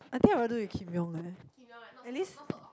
I think I would rather do with Kim-Yong eh